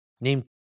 Name